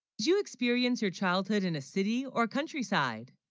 you, experience your childhood in a city or countryside